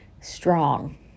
strong